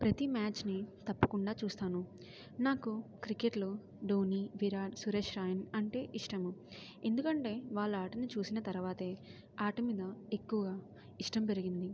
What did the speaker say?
ప్రతీ మ్యాచ్ని తప్పకుండా చూస్తాను నాకు క్రికెట్లో ధోని విరాట్ సురేష్ రైనా అంటే ఇష్టము ఎందుకంటే వాళ్ళ ఆటను చూసిన తరువాతే ఆట మీద ఎక్కువగా ఇష్టం పెరిగింది